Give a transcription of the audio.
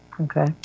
Okay